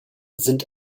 sind